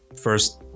first